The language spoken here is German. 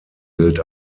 gilt